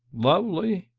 lovely?